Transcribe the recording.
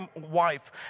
wife